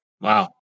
Wow